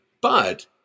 But-